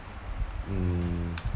mm